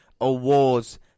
awards